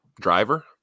Driver